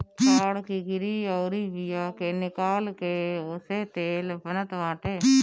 ताड़ की गरी अउरी बिया के निकाल के ओसे तेल बनत बाटे